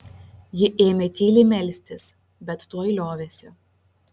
ji ėmė tyliai melstis bet tuoj liovėsi